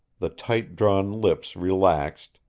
the tight-drawn lips relaxed,